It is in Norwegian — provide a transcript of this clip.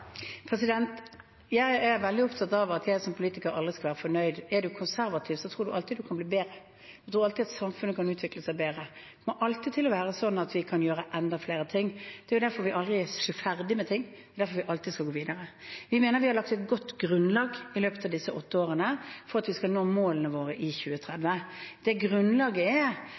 Jeg er veldig opptatt av at jeg som politiker aldri skal være fornøyd. Er man konservativ, tror man alltid at man kan bli bedre, man tror alltid at samfunnet kan utvikle seg bedre. Det kommer alltid til å være sånn at vi kan gjøre enda flere ting. Det er derfor vi aldri er ferdig med ting, og det er derfor vi alltid skal gå videre. Vi mener vi har lagt et godt grunnlag i løpet av disse åtte årene for at vi skal nå målene våre i 2030.